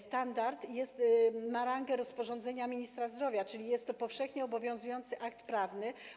Standard ma rangę rozporządzenia ministra zdrowia, czyli jest to powszechnie obowiązujący akt prawny.